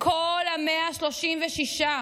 כל ה-136.